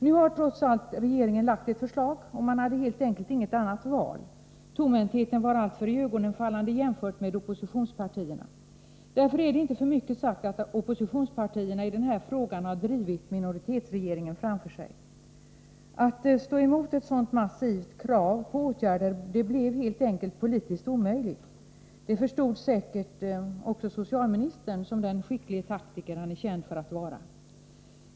Nu har trots allt regeringen lagt fram ett förslag. Man hade helt enkelt inget annat val. Tomhäntheten var alltför iögonenfallande, jämfört med oppositionspartierna. Därför är det inte för mycket sagt att oppositionspartierna i den här frågan har drivit minoritetsregeringen framför sig. Att stå emot ett så massivt krav på åtgärder blev helt enkelt politiskt omöjligt. Det förstod säkert också socialministern som den skicklige taktiker som han är känd för att vara.